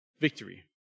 victory